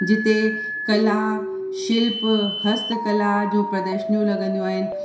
उते कला शिल्प हस्त कला जूं प्रदर्शनियूं लॻदियूं आहिनि